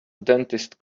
dentist